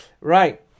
Right